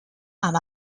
amb